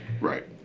right